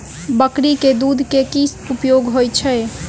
बकरी केँ दुध केँ की उपयोग होइ छै?